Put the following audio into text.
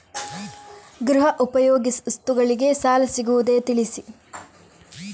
ಗೃಹ ಉಪಯೋಗಿ ವಸ್ತುಗಳಿಗೆ ಸಾಲ ಸಿಗುವುದೇ ತಿಳಿಸಿ?